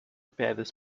pedras